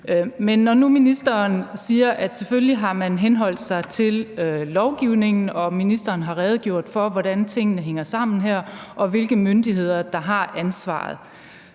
Men når nu ministeren siger, at selvfølgelig har man henholdt sig til lovgivningen, og ministeren har redegjort for, hvordan tingene hænger sammen her, og hvilke myndigheder der har ansvaret,